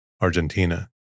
Argentina